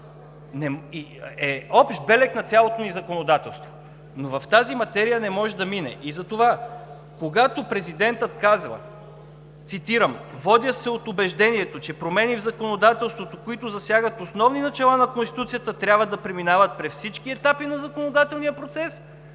е общ белег на цялото ни законодателство, но в тази материя не може да мине. Затова, когато Президентът казва, цитирам: „Водя се от убеждението, че промени в законодателството, които засягат основни начала на Конституцията, трябва да преминават през всички етапи на законодателния процес“,